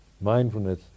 Mindfulness